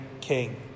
king